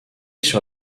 sur